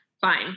fine